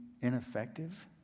ineffective